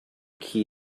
key